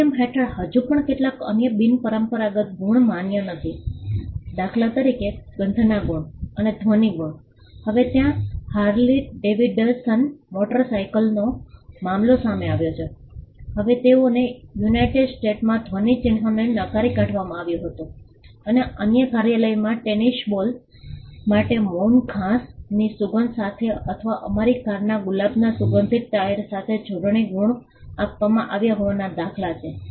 અધિનિયમ હેઠળ હજી પણ કેટલાક અન્ય બિનપરંપરાગત ગુણ માન્ય નથી દાખલા તરીકે ગંધના ગુણ અને ધ્વનિ ગુણ હવે ત્યાં હાર્લી ડેવિડસન મોટરસાયકલોનો મામલો સામે આવ્યો છે હવે તેઓને યુનાઇટેડ સ્ટેટ્સમાં ધ્વનિ ચિન્હને નકારી કાઢવામાં આવ્યું હતું અને અન્ય કાર્યાલયમાં ટેનિસ બોલ માટે મૌન ઘાસની સુગંધ સાથે અથવા અમારી કારના ગુલાબના સુગંધિત ટાયર સાથે જોડણી ગુણ આપવામાં આવ્યા હોવાના દાખલા છે